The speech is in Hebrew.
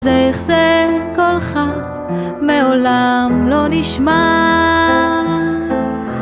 אז איך זה קולך מעולם לא נשמע